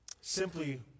Simply